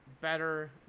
better